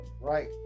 right